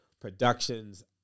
Productions